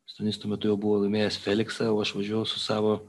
stonys tuo metu jau buvo laimėjęs feliksą o aš važiavau su savo